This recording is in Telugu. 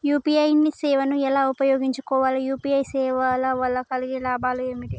యూ.పీ.ఐ సేవను ఎలా ఉపయోగించు కోవాలి? యూ.పీ.ఐ సేవల వల్ల కలిగే లాభాలు ఏమిటి?